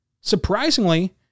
surprisingly